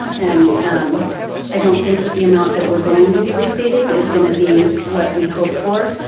and i don't think that the amount that we're going to be receiving is gonna be what we hope for.